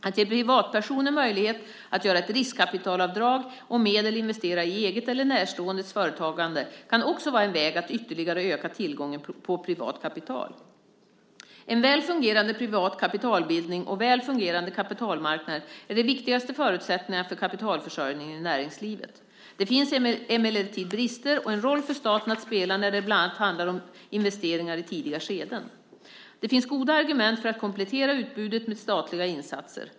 Att ge privatpersoner möjlighet att göra ett riskkapitalavdrag om medel investeras i eget eller närståendes företagande kan också vara en väg att ytterligare öka tillgången på privat kapital. En väl fungerande privat kapitalbildning och väl fungerande kapitalmarknader är de viktigaste förutsättningarna för kapitalförsörjningen i näringslivet. Det finns emellertid brister och en roll för staten att spela när det bland annat handlar om investeringar i tidiga skeden. Det finns goda argument för att komplettera utbudet med statliga insatser.